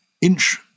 inch